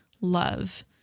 love